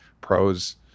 pros